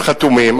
הם חתומים.